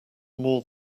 more